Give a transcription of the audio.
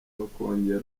bakongera